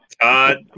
Todd